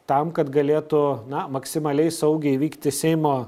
tam kad galėtų na maksimaliai saugiai vykti seimo